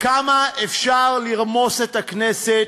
כמה אפשר לרמוס את הכנסת?